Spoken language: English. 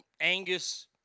Angus